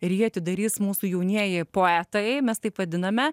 ir jį atidarys mūsų jaunieji poetai mes taip vadiname